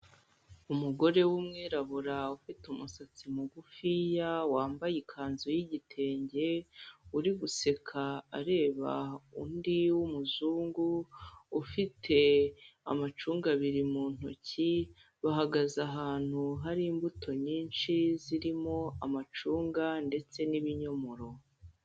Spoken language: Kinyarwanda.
Umugore w'umwirabura ufite umusatsi mugufiya wambaye ikanzu y'igitenge uri guseka areba undi w'umuzungu ufite amacunga abiri mu ntoki bahagaze ahantu hari imbuto nyinshi zirimo amacunga ndetse n'ibinyomoro.